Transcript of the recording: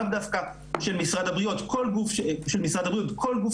לאו דווקא של משרד הבריאות אלא כל גוף